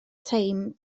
teim